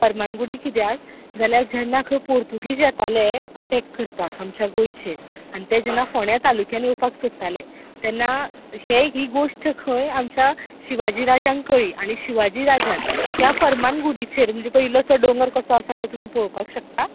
फर्मान गुडी किद्याक तर जेन्ना पोर्तुगीज येताले अटॅक करपाक आमच्या गोंयचेर आनी ते फोण्या तालुक्यान येवपाक सोदताले तेन्ना हे ही गोष्ट खंय आमच्या शिवाजी राजांक कळ्ळी आनी शिवाजी राजान त्या फर्मान गुडीचेर म्हणजे तो इल्लोसो डोंगर कसो आसा तुमी पोळोपाक शकतात